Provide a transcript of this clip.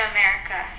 America